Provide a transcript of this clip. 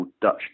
Dutch